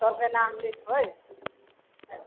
सबके नाम लिखबै